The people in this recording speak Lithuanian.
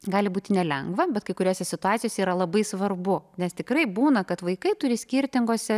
gali būti nelengva bet kai kuriose situacijose yra labai svarbu nes tikrai būna kad vaikai turi skirtingose